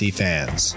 fans